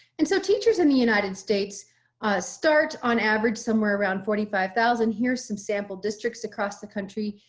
and so teachers in the united states start on average, somewhere around forty five thousand here's some sample districts across the country.